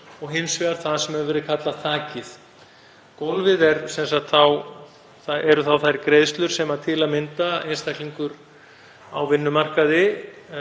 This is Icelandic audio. og hins vegar það sem hefur verið kallað þakið. Gólfið er þá t.d. þær greiðslur sem einstaklingur á vinnumarkaði